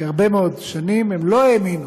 כי הרבה מאוד שנים הן לא האמינו